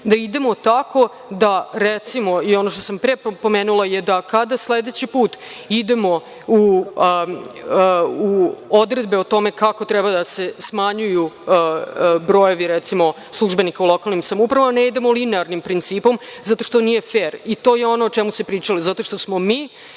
da idemo tako da, recimo, i ono što sam pre pomenula, sledeći put idemo u odredbe o tome kako treba da se smanjuju brojevi službenika u lokalnim samoupravama ne idemo linearnim principom zato što nije fer. To je ono o čemu se pričalo, jer smo mi